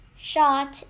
shot